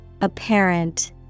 Apparent